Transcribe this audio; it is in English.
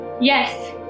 Yes